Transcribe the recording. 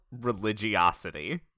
religiosity